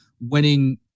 winning